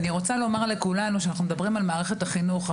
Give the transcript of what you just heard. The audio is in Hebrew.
אני רוצה לומר לכולנו שאנחנו מדברים על מערכת החינוך,